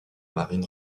marine